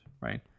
right